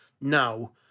now